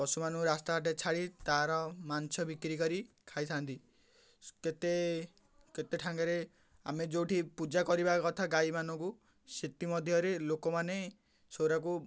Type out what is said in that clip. ପଶୁମାନଙ୍କୁ ରାସ୍ତା ଘାଟେ ଛାଡ଼ି ତାର ମାଂସ ବିକ୍ରି କରି ଖାଇଥାନ୍ତି କେତେ କେତେ ଠାଙ୍ଗରେ ଆମେ ଯେଉଁଠି ପୂଜା କରିବା କଥା ଗାଈମାନଙ୍କୁ ସେଥିମଧ୍ୟରେ ଲୋକମାନେ ସେରାକୁ